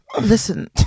listen